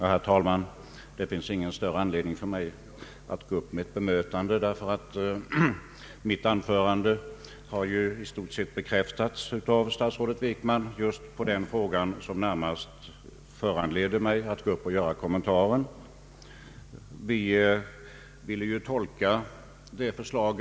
Herr talman! Det finns ingen större anledning för mig att gå in i ett bemötande. Vad jag sade beträffande den fråga som närmast föranledde min kommentar har ju i stort sett bekräftats av statsrådet Wickman.